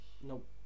Nope